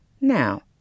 Now